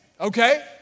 okay